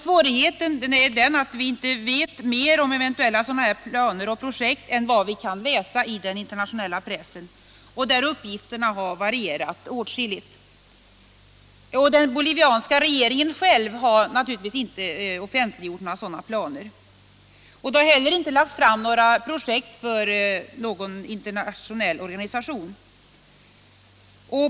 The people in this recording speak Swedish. Svårigheten är att vi inte vet mer om eventuella sådana planer och projekt än vad vi läst i den internationella pressen, där uppgifterna varierar åtskilligt. Den bolivianska regeringen har naturligtvis inte offentliggjort några sådana planer. Inga projekt har heller framlagts inom någon internationell organisation.